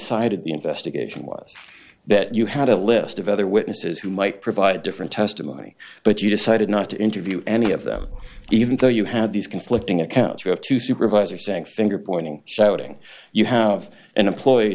the investigation was that you had a list of other witnesses who might provide different testimony but you decided not to interview any of them even though you had these conflicting accounts you have two supervisor saying finger pointing shouting you have an employee